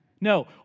No